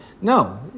No